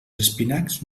espinacs